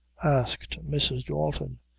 asked mrs. dalton.